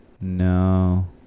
No